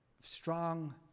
strong